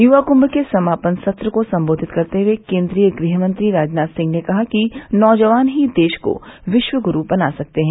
युवा कृम्भ के समापन सत्र को सम्बोधित करते हुए केन्द्रीय गृह मंत्री राजनाथ सिंह ने कहा कि नौजवान ही देश को विश्व गुरू बना सकते है